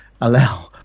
allow